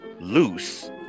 loose